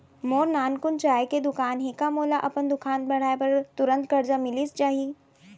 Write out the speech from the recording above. मोर नानकुन चाय के दुकान हे का मोला अपन दुकान बढ़ाये बर तुरंत करजा मिलिस जाही?